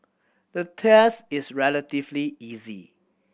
the test is relatively easy